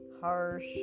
harsh